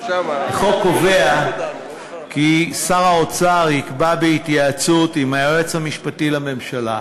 החוק קובע כי שר האוצר יקבע בהתייעצות עם היועץ המשפטי לממשלה